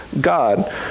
God